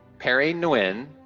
perry nguyen,